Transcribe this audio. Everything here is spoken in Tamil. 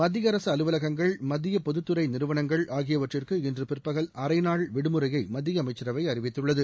மத்திய அரசு அலுவலகங்கள் மத்திய பொதுத்துறை நிறுவளங்கள் ஆகியவற்றுக்கு இன்று பிற்பகல் அரைநாள் விடுமுறையை மத்திய அமைச்சரவை அறிவித்துள்ளது